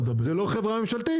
זה לא חברה ממשלתית.